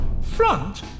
Front